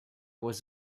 was